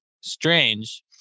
strange